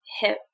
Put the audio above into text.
hip